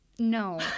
No